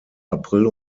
april